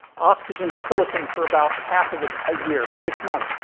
oxygen to silicon for about half of a ah year six months.